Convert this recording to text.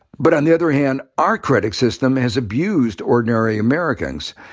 but on the other hand, our credit system has abused ordinary americans.